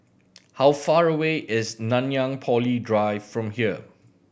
how far away is Nanyang Poly Drive from here